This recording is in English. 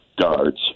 guards